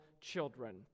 children